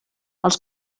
els